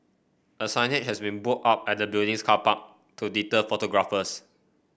a signage has been put up at the building's car park to deter photographers